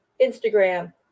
Instagram